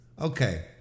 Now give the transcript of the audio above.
Okay